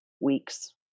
weeks